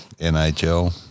NHL